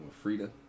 Frida